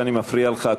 שאני מפריע לך.